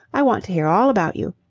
i want to hear all about you.